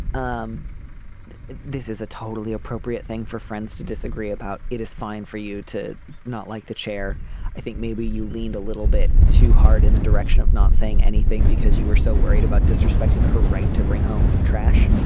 um this is a totally appropriate thing for friends to disagree about. it is fine for you to not like the chair i think maybe you leaned a little bit too hard in the direction of not saying anything because you were so worried about disrespecting her right to bring home trash